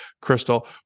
Crystal